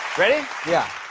ready? yeah.